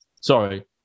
sorry